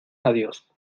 adiós